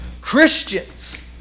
Christians